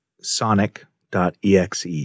Sonic.exe